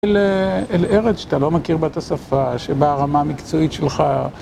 אל ארץ שאתה לא מכיר בה את השפה, שבה הרמה המקצועית שלך...